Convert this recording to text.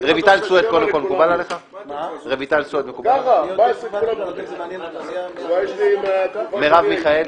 - רויטל סויד ומרב מיכאלי.